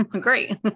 Great